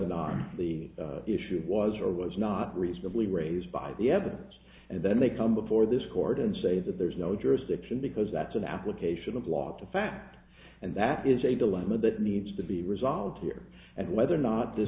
or not the issue was or was not reasonably raised by the evidence and then they come before this court and say that there's no jurisdiction because that's an application of law to fact and that is a dilemma that needs to be resolved here and whether or not th